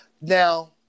Now